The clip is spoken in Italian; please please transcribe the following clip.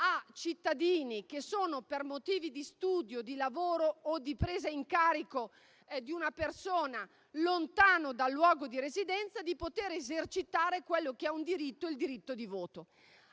a cittadini che sono per motivi di studio, di lavoro o di presa in carico di una persona, lontano dal luogo di residenza, di poter esercitare il diritto di voto.